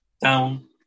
down